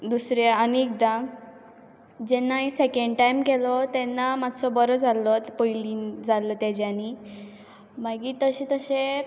दुसरें आनी एकदां जेन्ना हांवें सेकेंड टायम केलो तेन्ना मातसो बरो जाल्लो पयलीं जाल्लो तेज्यांनी मागीर तशें तशें